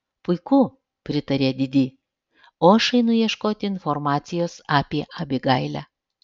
puiku pritarė didi o aš einu ieškoti informacijos apie abigailę